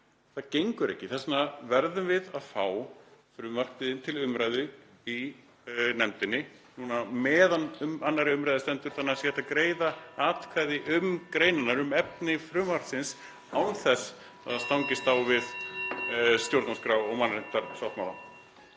Það gengur ekki. Þess vegna verðum við að fá frumvarpið inn til umræðu í nefndinni núna meðan á 2. umr. stendur, þannig að það sé hægt að greiða atkvæði um greinarnar, um efni frumvarpsins án þess að það stangist á við stjórnarskrá og mannréttindasáttmála.